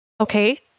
Okay